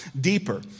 deeper